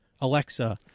Alexa